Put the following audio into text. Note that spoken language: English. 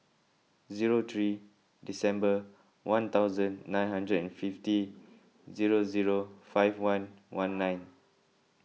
zero three December one thousand nine hundred and fifty zero zero five one one nine